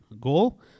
goal